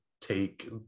take